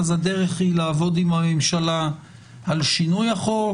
כרגע הדרך היא לעבוד עם הממשלה על שינוי החוק,